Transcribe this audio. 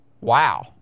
Wow